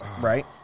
right